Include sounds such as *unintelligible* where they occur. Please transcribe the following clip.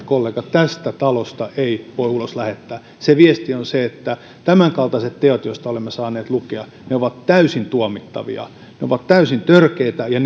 tästä talosta ei voi ulos lähettää se viesti on että tämänkaltaiset teot joista olemme saaneet lukea ovat täysin tuomittavia ja täysin törkeitä ja *unintelligible*